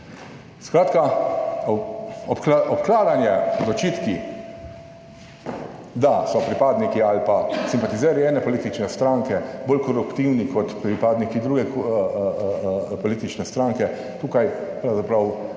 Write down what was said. Skratka, obkladanje z očitki, da so pripadniki ali pa simpatizerji ene politične stranke bolj koruptivni kot pripadniki druge politične stranke, tukaj pravzaprav